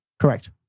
Correct